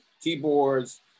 keyboards